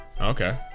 Okay